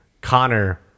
Connor